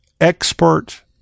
expert